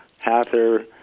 Hather